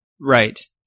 Right